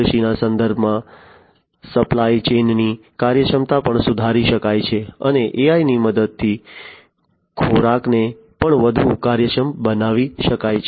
કૃષિના સંદર્ભમાં સપ્લાય ચેઇનની કાર્યક્ષમતા પણ સુધારી શકાય છે અને AIની મદદથી ખોરાકને પણ વધુ કાર્યક્ષમ બનાવી શકાય છે